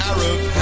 Arab